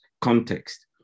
context